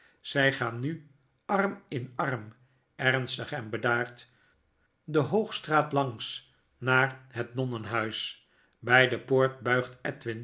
zy gaaa nu arm in arm ernstig en bedaard de hoogstraat langs naar het nonnenhuis bij de poort buigt